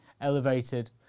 elevated